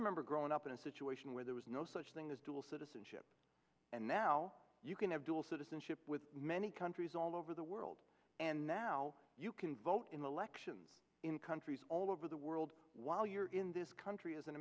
remember growing up in a situation where there was no such thing as dual citizenship and now you can have dual citizenship with many countries all over the world and now you can vote in the elections in countries all over the world while you're in this country as an